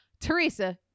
Teresa